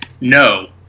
No